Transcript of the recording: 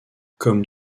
comme